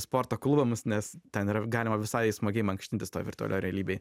sporto klubams nes ten yra galima visai smagiai mankštintis virtualioj realybėj